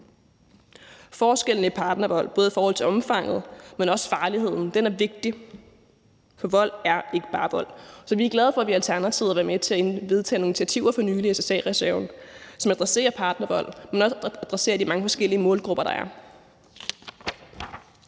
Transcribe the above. Forskellen i partnervold, både i forhold til omfanget, men også farligheden, er vigtig, for vold er ikke bare vold. Så vi er glade for, at vi i Alternativet har været med til at vedtage nogle initiativer for nylig i forhold til SSA-reserven, som adresserer partnervold, men også adresserer de mange forskellige målgrupper, der er.